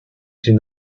sin